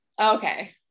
Okay